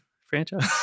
franchise